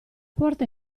porta